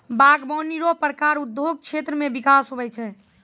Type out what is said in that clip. बागवानी रो प्रकार उद्योग क्षेत्र मे बिकास हुवै छै